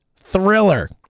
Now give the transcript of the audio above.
thriller